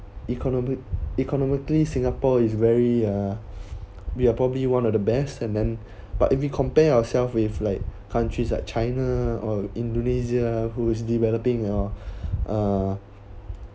economic economically singapore is very uh we're probably one of the best and then but if we compare ourselves with like countries like china or indonesia who is developing you know uh